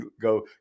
go